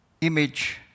image